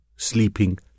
sleeping